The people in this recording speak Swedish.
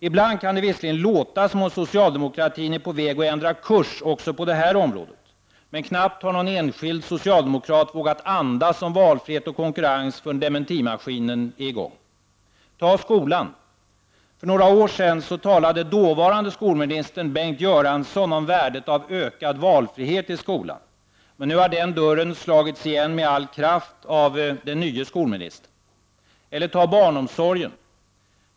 Ibland kan det visserligen låta som om socialdemokraterna är på väg att ändra kurs även på detta område, men knappt har någon enskild socialde mokrat vågat andas om valfrihet eller konkurrens förrän dementimaskinen dras i gång. Ta skolan. För några år sedan talade dåvarande skolministern Bengt Göransson om värdet av ökad valfrihet i skolan — men nu har den dörren slagits igen med all kraft av den nye skolministern. Eller ta barnomsorgen.